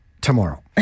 tomorrow